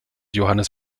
johannes